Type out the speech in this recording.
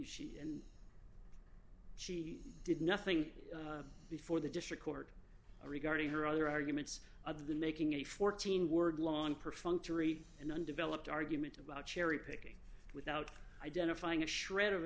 she and she did nothing before the district court regarding her other arguments other than making a fourteen word law on perfunctory an undeveloped argument about cherry picking without identifying a shred of